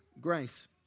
grace